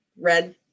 red